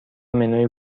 منوی